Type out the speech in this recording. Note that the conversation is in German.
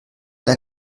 der